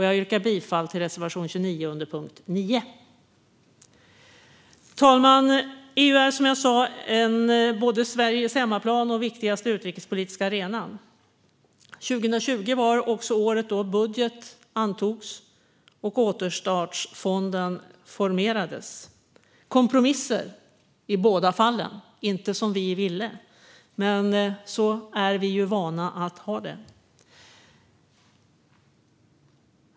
Jag yrkar därför bifall till reservation 29 under punkt 9. Fru talman! EU är som jag sa både Sveriges hemmaplan och vår viktigaste utrikespolitiska arena. 2020 var också året då budgeten antogs och återstartsfonden formades - kompromisser i båda fallen och inte som vi ville, men så är vi ju vana att ha det.